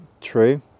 true